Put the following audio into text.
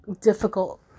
difficult